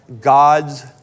God's